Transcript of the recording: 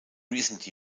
recent